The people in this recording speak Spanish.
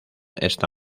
esta